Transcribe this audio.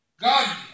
God